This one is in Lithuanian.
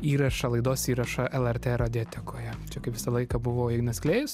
įrašą laidos įrašą lrt radiotekoje čia kaip visą laiką buvo ignas klėjus